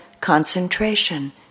concentration